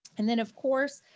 and then of course,